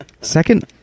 Second